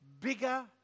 bigger